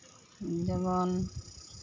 ᱡᱮᱢᱚᱱ